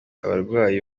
abarwayi